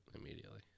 immediately